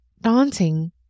daunting